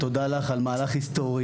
תודה לך על מהלך היסטורי,